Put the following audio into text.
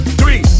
three